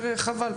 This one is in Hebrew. חבל.